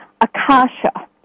akasha